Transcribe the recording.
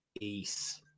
ace